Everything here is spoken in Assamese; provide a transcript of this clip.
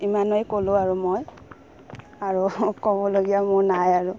ইমানেই ক'লোঁ আৰু মই আৰু ক'বলগীয়া মোৰ নাই আৰু